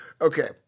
Okay